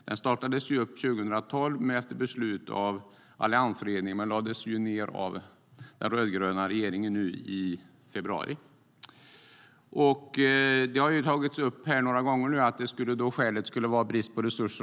Den startades 2012 efter beslut av alliansregeringen men lades ned av den rödgröna regeringen nu i februari. Det har tagits upp här några gånger att skälet skulle vara brist på resurser.